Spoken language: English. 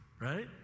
right